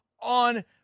on